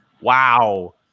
Wow